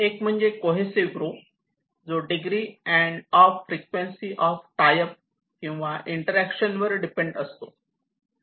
एक म्हणजे cohesive groups जो degree and of frequency of tie up किंवा इंटरॅक्शन यावर डिपेंड असतो